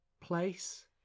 place